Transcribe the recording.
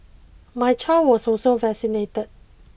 my child was also vaccinated